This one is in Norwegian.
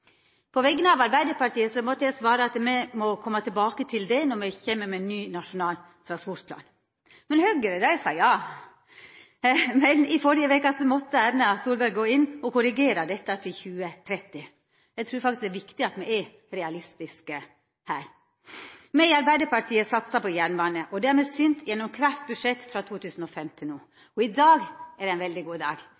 På vegner av Arbeidarpartiet måtte eg svara at det må me koma tilbake til i samband med ny nasjonal transportplan. Men Høgre, dei sa ja! Men i førre veke måtte Erna Solberg gå inn og korrigera dette, til 2030. Eg trur faktisk det er viktig at me er realistiske her. Me i Arbeidarpartiet satsar på jernbane. Det har me synt gjennom kvart budsjett frå 2005 til no.